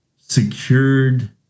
secured